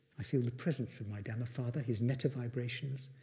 i feel the presence of my dhamma father, his metta vibrations.